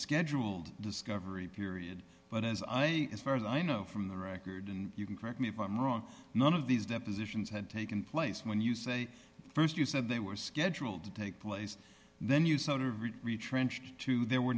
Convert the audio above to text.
scheduled discovery period but as i as far as i know from the record and you can correct me if i'm wrong none of these depositions had taken place and when you say st you said they were scheduled to take place then you sort of read retrenched two there were